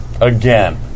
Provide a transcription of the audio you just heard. Again